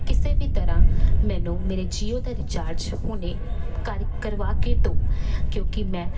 ਕਿਸੇ ਵੀ ਤਰ੍ਹਾਂ ਮੈਨੂੰ ਮੇਰੇ ਜੀਓ ਦਾ ਰੀਚਾਰਜ ਹੁਣੇ ਕਰ ਕਰਵਾ ਕੇ ਦਿਓ ਕਿਉਂਕਿ ਮੈਂ